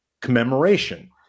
commemoration